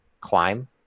climb